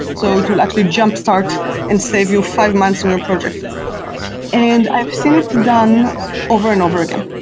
so it will actually jumpstart and save you five months in your project and i've seen it done over and over again.